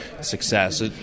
success